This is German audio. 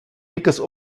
dickes